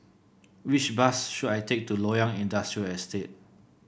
which bus should I take to Loyang Industrial Estate